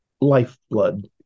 lifeblood